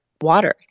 water